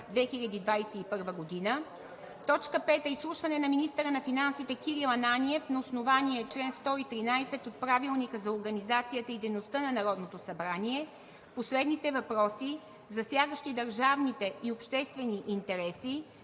2021 г. 5. Изслушване на министъра на финансите Кирил Ананиев на основание чл. 113 от Правилника за организацията и дейността на Народното събрание по следните въпроси, засягащи държавните и обществени интереси: